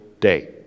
day